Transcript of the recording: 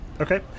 Okay